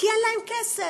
כי אין להם כסף.